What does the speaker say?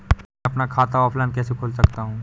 मैं अपना खाता ऑफलाइन कैसे खोल सकता हूँ?